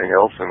else